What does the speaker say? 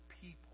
people